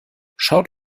schaut